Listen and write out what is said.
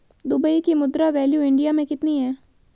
Dubai की मुद्रा value India मे कितनी है?